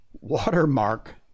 watermark